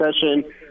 session